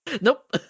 Nope